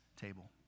table